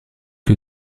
que